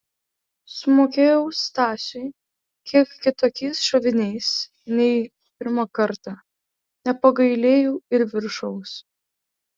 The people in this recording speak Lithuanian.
sumokėjau stasiui kiek kitokiais šoviniais nei pirmą kartą nepagailėjau ir viršaus